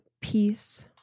peace